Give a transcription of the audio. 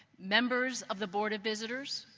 members of the board of visitors,